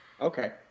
Okay